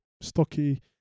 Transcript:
stocky